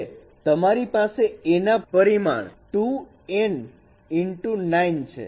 હવે તમારી પાસે A ના પરિમાણ 2n x 9 છે